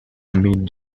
mid